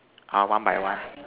or one by one